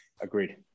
Agreed